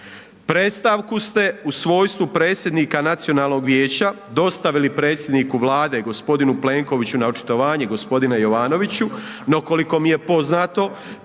Predstavku ste u svojstvu predsjednika Nacionalnog vijeća, dostavili predsjedniku Vlade g. Plenkoviću na očitovanje, g. Jovanoviću no koliko mi je poznao,